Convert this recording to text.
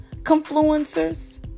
confluencers